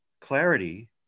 clarity